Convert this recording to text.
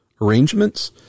arrangements